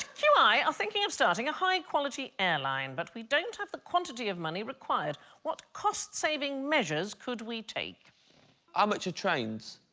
q i are thinking of starting a high quality airline, but we don't have the quantity of money required what cost-saving measures could we take how ah much trains?